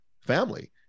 family